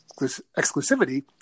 exclusivity